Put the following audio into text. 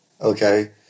okay